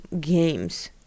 games